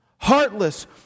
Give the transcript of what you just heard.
Heartless